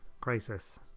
Crisis